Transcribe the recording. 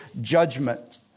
judgment